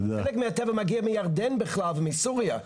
חלק מהטבע מגיע מירדן בכלל ומסוריה,